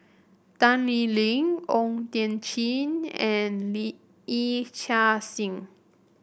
Tan Lee Leng O Thiam Chin and Lee Yee Chia Hsing